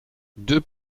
deux